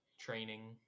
training